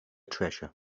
treasure